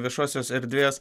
viešosios erdvės